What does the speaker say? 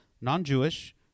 non-jewish